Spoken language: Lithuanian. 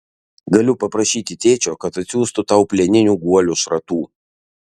galiu paprašyti tėčio kad atsiųstų tau plieninių guolių šratų